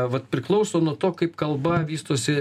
vat priklauso nuo to kaip kalba vystosi